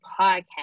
podcast